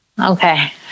Okay